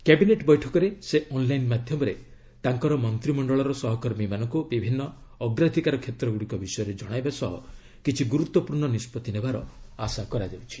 cabinet ବୈଠକରେ ସେ online ମାଧ୍ୟମରେ ତାଙ୍କର ମନ୍ତ୍ରିମଣ୍ଡଳର ସହକର୍ମୀମାନଙ୍କୁ ବିଭିନ୍ନ ଅଗ୍ରାଧିକାର କ୍ଷେତ୍ରଗୁଡ଼ିକ ବିଷୟରେ ଜଣାଇବା ସହ କିଛି ଗୁରୁତ୍ୱପୂର୍ଣ୍ଣ ନିଷ୍କଭି ନେବାର ଆଶା କରାଯାଉଛି